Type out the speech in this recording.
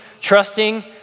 trusting